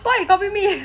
why you copy me